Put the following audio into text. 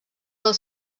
del